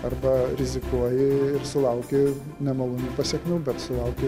arba rizikuoji ir sulauki nemalonių pasekmių bet sulauki